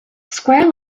square